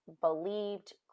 believed